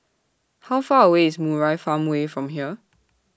How Far away IS Murai Farmway from here